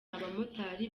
abamotari